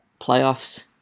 Playoffs